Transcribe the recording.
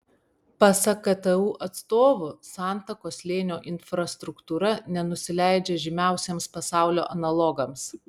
pasak ktu atstovų santakos slėnio infrastruktūra nenusileidžia žymiausiems pasaulio analogams